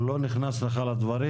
הוא לא נכנס לך לדברים.